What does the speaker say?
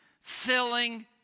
filling